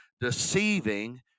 deceiving